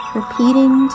repeating